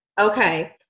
Okay